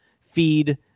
feed